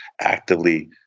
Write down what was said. actively